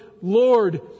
Lord